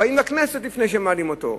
באים לכנסת לפני שמעלים אותם.